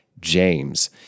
James